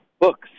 books